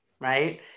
right